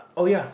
oh yeah